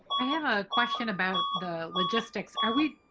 i have a question about the logistics are we,